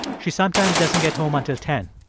she sometimes doesn't get home until ten.